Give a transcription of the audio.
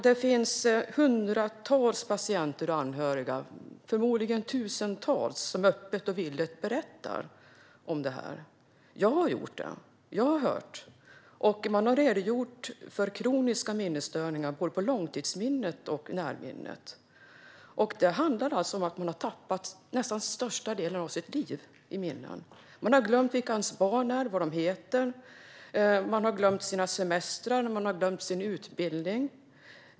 Det finns hundratals eller förmodligen tusentals patienter och anhöriga som öppet och villigt berättar om detta. Jag har gjort det, och jag har hört hur man har redogjort för kroniska minnesstörningar av både långtidsminnet och närminnet. Det handlar om att man har tappat största delen av minnena av sitt liv. Man har glömt vilka ens barn är och vad de heter. Man har glömt sina semestrar och sin utbildning.